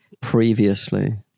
previously